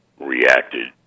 Reacted